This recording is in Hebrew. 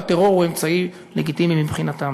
והטרור הוא אמצעי לגיטימי מבחינתם.